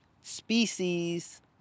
species